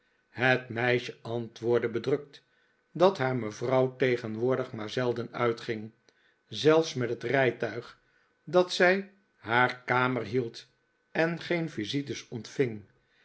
het meisje antwoordde bedrukt dat haar mevrouw tegenwoordig maar zelden uitging zelfs met het rijtuig dat zij haar kamer hield en geen visites ontving